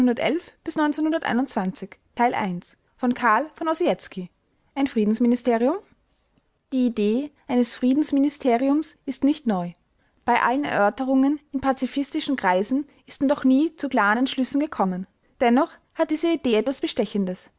friedensministerium die idee eines friedensministeriums ist nicht neu bei allen erörterungen in pazifistischen kreisen ist man doch nie zu klaren entschlüssen gekommen dennoch hat diese idee etwas bestechendes